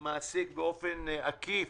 מעסיק באופן עקיף